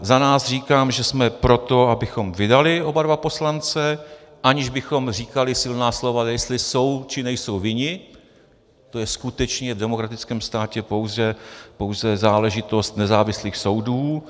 Za nás říkám, že jsme pro to, abychom vydali oba dva poslance, aniž bychom říkali silná slova, jestli jsou, či nejsou vinni, to je skutečně v demokratickém státě pouze záležitost nezávislých soudů.